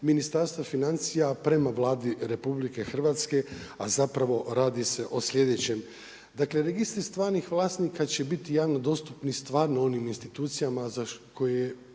Ministarstva financija prema Vladi RH, a zapravo radi se o sljedećem, dakle, registri stvarnih vlasnika će biti javno dostupni stvarno onim institucijama koje